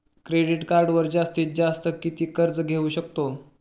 Credit कार्डवर जास्तीत जास्त किती कर्ज घेऊ शकतो?